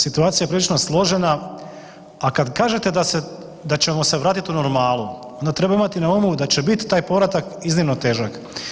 Situacija je prilično složena, a kad kažete da se, da ćemo se vratiti u normalu, onda treba imati na umu da će biti taj povratak iznimno težak.